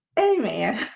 a man,